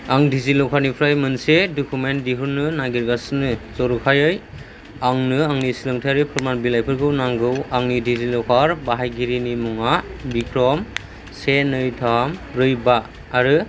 आं डिजि लकारनिफ्राय मोनसे डकुमेन्ट दिहुननो नागिरगासिनो जर'खायै आंनो आंनि सोलोंथाइआरि फोरमान बिलाइफोरखौ नांगौ आंनि डिजिलकार बाहायगिरिनि मुङा बिक्रम से नै थाम ब्रै बा आरो